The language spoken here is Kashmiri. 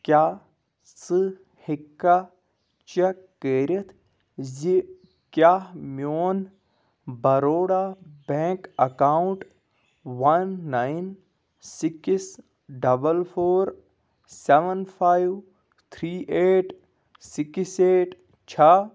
کیٛاہ ژٕ ہیٚکہِ کھا چیٚک کٔرِتھ زِ کیٛاہ میٛون Baroda bank account one nine six double four seven five three eight six eight چھا